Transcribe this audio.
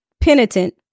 penitent